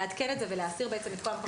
לעדכן את זה ולהסיר את כל...